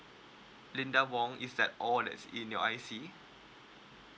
linda wong is that all that's in your I_C